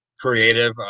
creative